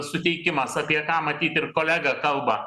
suteikimas apie ką matyt ir kolega kalba